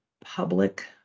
public